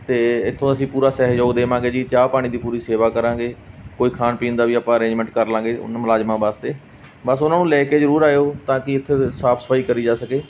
ਅਤੇ ਇੱਥੋਂ ਅਸੀਂ ਪੂਰਾ ਸਹਿਯੋਗ ਦੇਵਾਂਗੇ ਜੀ ਚਾਹ ਪਾਣੀ ਦੀ ਪੂਰੀ ਸੇਵਾ ਕਰਾਂਗੇ ਕੋਈ ਖਾਣ ਪੀਣ ਦਾ ਵੀ ਆਪਾਂ ਅਰੇਂਜਮੈਂਟ ਕਰ ਲਾਂਗੇ ਉਹਨਾਂ ਮੁਲਾਜ਼ਮਾਂ ਵਾਸਤੇ ਬਸ ਉਹਨਾਂ ਨੂੰ ਲੈ ਕੇ ਜ਼ਰੂਰ ਆਇਓ ਤਾਂ ਕਿ ਇੱਥੋਂ ਦੀ ਸਾਫ਼ ਸਫਾਈ ਕਰੀ ਜਾ ਸਕੇ